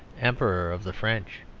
emperor of the french.